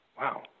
Wow